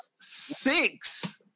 six